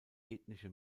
ethnische